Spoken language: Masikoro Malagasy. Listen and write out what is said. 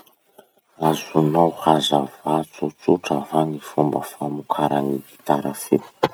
Azonao hazavà tsotsotra va gny fomba famokaran'ny gitara feo?